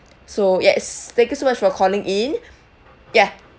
so yes thank you so much for calling in ya